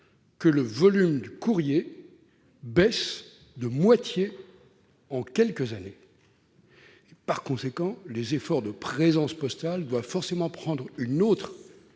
que le volume du courrier a baissé de moitié en quelques années. De 7 % par an ! Les efforts de présence postale doivent donc forcément prendre une autre dimension.